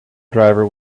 driver